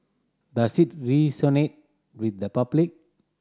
does it resonate with the public